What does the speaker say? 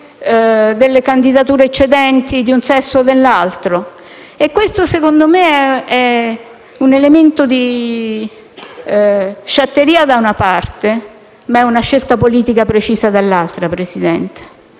delle candidature eccedenti di un sesso o dell'altro, e secondo me questo è un elemento di sciatteria, da una parte, ma è anche una scelta politica precisa dall'altra, signor Presidente.